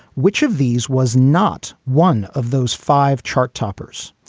which of these was not one of those five chart toppers?